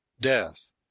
death